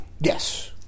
Yes